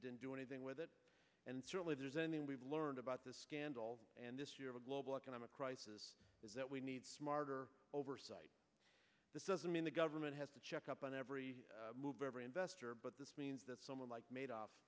didn't do anything with it and certainly there's anything we've learned about the scandal and this year the global economic crisis is that we need smarter oversight that doesn't mean the government has to check up on every move every investor but this means that someone like made off